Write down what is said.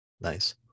nice